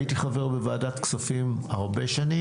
הייתי חבר בוועדת כספים הרבה שנים,